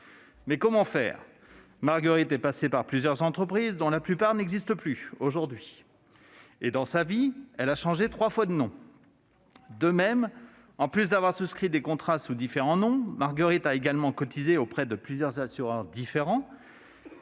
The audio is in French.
Mais comment faire ? Marguerite est passée par plusieurs entreprises, dont la plupart n'existent plus aujourd'hui. Dans sa vie, elle a changé trois fois de nom. En outre, en plus d'avoir souscrit des contrats sous différents noms, elle a cotisé auprès de plusieurs compagnies